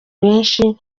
benshi